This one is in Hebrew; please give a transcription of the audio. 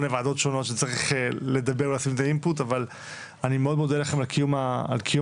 אבל אני מאוד מודה לכם על קיום הישיבה,